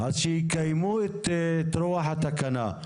שיקיימו את רוח התקנה,